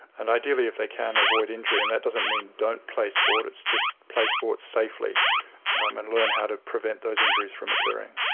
and ideally if they can avoid injury. and that doesn't mean don't play sport, it's just play sport safely and learn how to prevent those injuries from occurring.